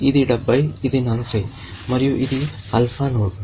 ఇది 70 ఇది 40 మరియు ఇది ఆల్ఫా నోడ్